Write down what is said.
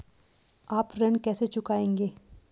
आप ऋण कैसे चुकाएंगे?